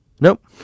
Nope